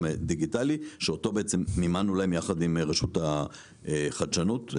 דיגיטלי שמימנו יחד עם רשות החדשנות.